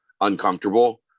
uncomfortable